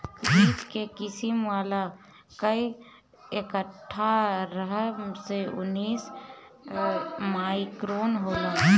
बीच के किसिम वाला कअ अट्ठारह से उन्नीस माइक्रोन होला